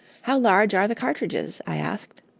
how large are the cartridges? i asked.